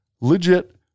Legit